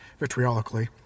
vitriolically